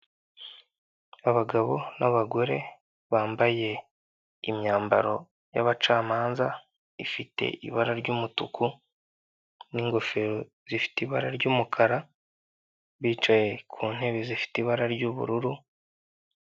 Abagabo n'abagore bambaye imyambaro y'abacamanza ifite ibara ry'umutuku n'ingofero zifite ibara ry'umukara, bicaye ku ntebe zifite ibara ry'ubururu.